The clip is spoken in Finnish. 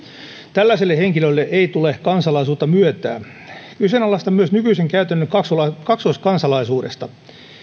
tällaiselle henkilölle ei tule kansalaisuutta myöntää kyseenalaistan myös nykyisen käytännön kaksoiskansalaisuudesta